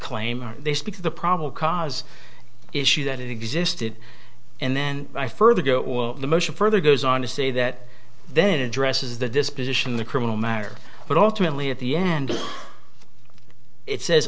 claim they speak of the probable cause issue that it existed and then i further go on the motion further goes on to say that then addresses the disposition of the criminal matter but ultimately at the end it says